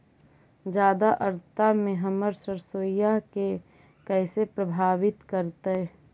जादा आद्रता में हमर सरसोईय के कैसे प्रभावित करतई?